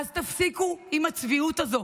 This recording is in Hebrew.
אז תפסיקו עם הצביעות הזו.